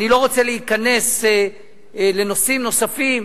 אני לא רוצה להיכנס לנושאים נוספים,